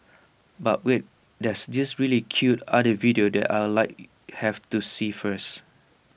but wait there's this really cute otter video that I Like have to see first